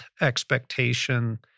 expectation